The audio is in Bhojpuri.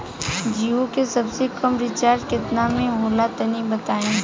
जीओ के सबसे कम रिचार्ज केतना के होला तनि बताई?